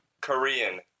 Korean